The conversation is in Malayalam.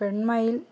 പെൺമയിൽ